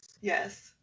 Yes